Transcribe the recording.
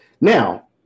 Now